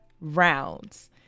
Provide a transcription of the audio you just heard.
rounds